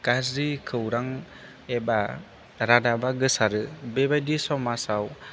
गाज्रि खौरां एबा रादाबा गोसारो बेबायदि समाजाव